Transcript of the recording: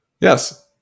Yes